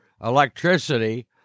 electricity